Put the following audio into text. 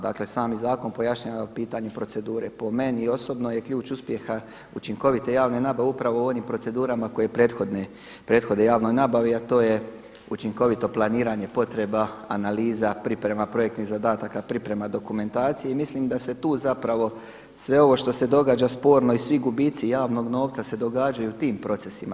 Dakle sami zakon pojašnjava pitanje procedure, po meni osobno je ključ uspjeha učinkovite javne nabave upravo u onim procedurama koje prethode javnoj nabavi, a to je učinkovito planiranje potreba analiza, priprema projektnih zadataka, priprema dokumentacije i mislim da se tu sve ovo što se događa sporno i svi gubici javnog novca se događaju u tim procesima.